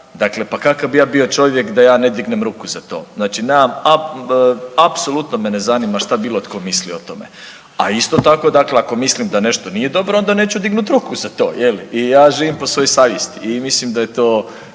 dakle, pa kakav bi ja bio čovjek da ja ne dignem ruku za to? Znači nemam, apsolutno me ne zanima što bilo tko misli o tome. A isto tako dakle ako mislim da nešto nije dobro, onda neću dignuti ruku za to, je li? I ja živim po svojoj savjesti i mislim da je to